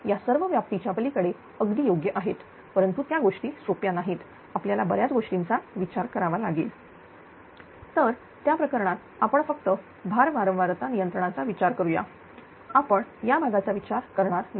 त्या सर्व व्याप्तीच्या पलीकडे अगदी योग्य आहेत परंतु त्या गोष्टी सोप्या नाहीत आपल्याला बर्याच गोष्टींचा योग्य विचार करावा लागेल तर त्या प्रकरणात आपण फक्त भार वारंवारता नियंत्रणाचा विचार करूया आपण या भागाचा विचार करणार नाही